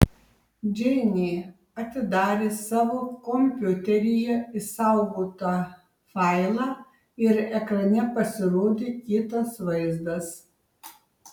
džeinė atidarė savo kompiuteryje išsaugotą failą ir ekrane pasirodė kitas vaizdas